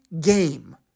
game